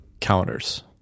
counters